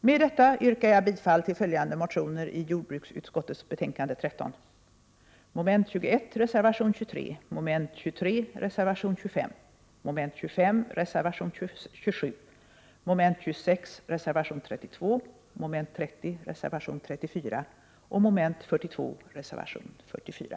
Med detta yrkar jag bifall till följande reservationer till jordbruksutskottets betänkande 13: 23, 25, 27, 32, 34 och 44.